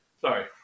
sorry